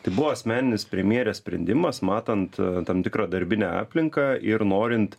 tai buvo asmeninis premjerės sprendimas matant tam tikrą darbinę aplinką ir norint